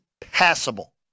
passable